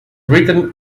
written